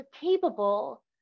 capable